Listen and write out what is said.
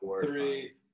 three